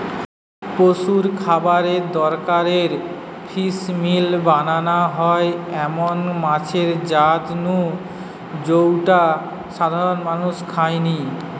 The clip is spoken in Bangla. পশুর খাবারের দরকারে ফিসমিল বানানা হয় এমন মাছের জাত নু জউটা সাধারণত মানুষ খায়নি